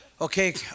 Okay